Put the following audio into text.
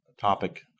topic